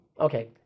okay